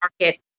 markets